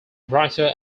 brighter